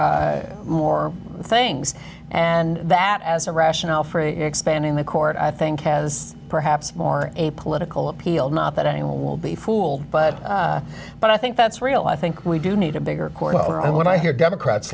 more things and that as a rationale for a expanding the court i think has perhaps more of a political appeal not that anyone will be fooled but but i think that's real i think we do need a bigger court and i when i hear democrats